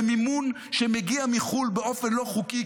במימון שמגיע מחו"ל באופן לא חוקי,